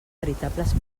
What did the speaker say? veritables